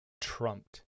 trumped